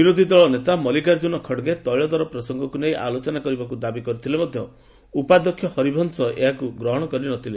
ବିରୋଧୀଦଳ ନେତା ମଲ୍ଲିକାର୍ଜୁନ ଖାଡ୍ଗେ ତୈଳ ଦର ପ୍ରସଙ୍ଗକୁ ନେଇ ଆଲୋଚନା କରିବାକୁ ଦାବି କରିଥିଲେ ମଧ୍ୟ ଉପାଧ୍ୟକ୍ଷ ହରିବଂଶ ଏହାକୁ ଗ୍ରହଣ କରିନଥିଲେ